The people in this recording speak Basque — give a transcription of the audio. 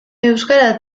euskara